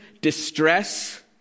distress